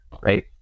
right